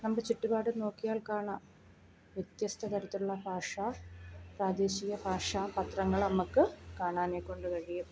നമ്മുടെ ചുറ്റുപാടും നോക്കിയാൽ കാണാം വ്യത്യസ്ത തരത്തിലുള്ള ഭാഷ പ്രാദേശിക ഭാഷ പത്രങ്ങൾ അമ്മക്ക് കാണാനെക്കൊണ്ട് കഴിയും